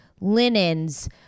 linens